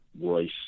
voice